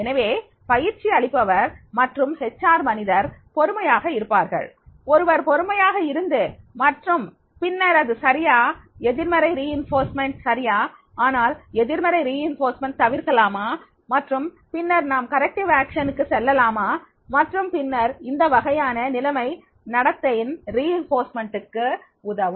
எனவே பயிற்சி அளிப்பவர் மற்றும் ஹெச் ஆர்மனிதர் பொறுமையாக இருப்பார்கள் ஒருவர் பொறுமையாக இருந்து மற்றும் பின்னர் இது சரியா எதிர்மறை வலுவூட்டல் சரியா ஆனால் எதிர்மறை வலுவூட்டல் தவிர்க்கலாமா மற்றும் பின்னர் நாம் திருத்தம் நடவடிக்கைக்கு செல்லலாம் மற்றும் பின்னர் இந்த வகையான நிலைமை நடத்தையின் வலுவூட்டலுக்கு உதவும்